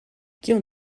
kion